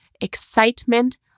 excitement